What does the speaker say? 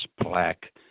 plaque